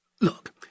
Look